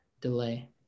delay